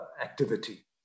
activity